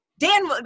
Dan